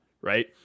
Right